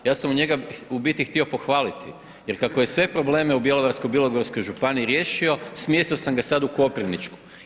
Ja sam njega u biti htio pohvaliti jer kako je sve probleme u Bjelovarsko-bilogorskoj županiji riješio, smjestio sam ga sad u koprivničku.